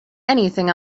anything